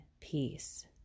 peace